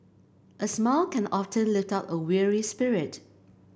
a smile can often lift up a weary spirit